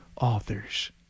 authors